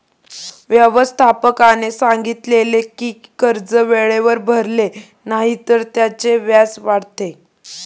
व्यवस्थापकाने सांगितले की कर्ज वेळेवर भरले नाही तर त्याचे व्याज वाढते